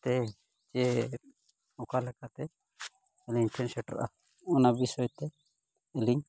ᱛᱮ ᱡᱮ ᱚᱠᱟ ᱞᱮᱠᱟᱛᱮ ᱟᱹᱞᱤᱧ ᱴᱷᱮᱱ ᱥᱮᱴᱮᱨᱚᱜᱼᱟ ᱚᱱᱟ ᱵᱤᱥᱚᱭ ᱛᱮ ᱟᱹᱞᱤᱧ